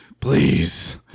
Please